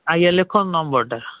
ଆଜ୍ଞା ଲେଖନ୍ତୁ ନମ୍ବରଟା